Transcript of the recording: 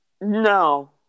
No